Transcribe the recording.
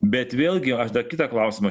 bet vėlgi aš dar kitą klausimą